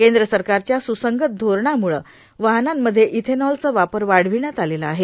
केंद्र सरकारच्या स्संगत धोरणामूळे वाहनानमध्ये इथॅनोलचा वापर वाढविण्यात आलेला आहे